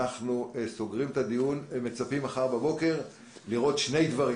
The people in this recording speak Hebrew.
אנחנו סוגרים את הדיון ומצפים לראות מחר בבוקר שני דברים,